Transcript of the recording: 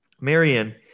Marion